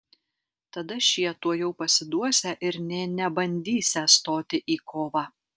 tada šie tuojau pasiduosią ir nė nebandysią stoti į kovą